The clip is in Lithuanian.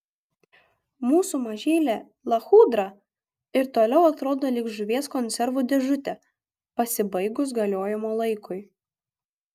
mūsų mažylė lachudra ir toliau atrodo lyg žuvies konservų dėžutė pasibaigus galiojimo laikui